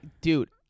dude